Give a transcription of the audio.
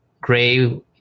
gray